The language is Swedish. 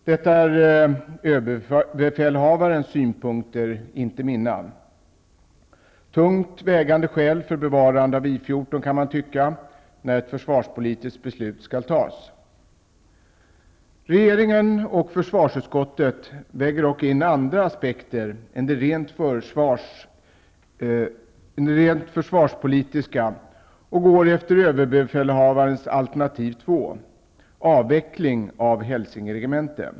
Detta är överbefälhavarens synpunkter, inte mina -- tungt vägande skäl för bevarande av I 14, kan man tycka, när ett försvarspolitiskt beslut skall tas. Regeringen och försvarsutskottet väger dock in andra aspekter än de rent försvarspolitiska och ansluter sig till överbefälhavarens alternativ 2, avveckling av Hälsinge regemente.